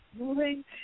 moving